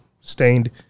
stained